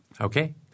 Okay